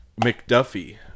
McDuffie